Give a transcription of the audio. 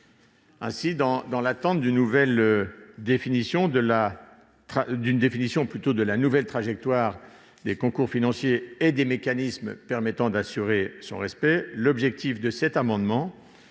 Aussi, dans l'attente d'une nouvelle définition de la trajectoire des concours financiers et des mécanismes permettant d'assurer son respect, cet amendement